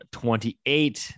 28